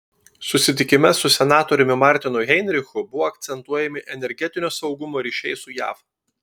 susitikime su senatoriumi martinu heinrichu buvo akcentuojami energetinio saugumo ryšiai su jav